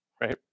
right